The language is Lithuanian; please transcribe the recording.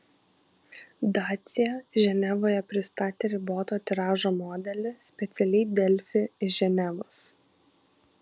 dacia ženevoje pristatė riboto tiražo modelį specialiai delfi iš ženevos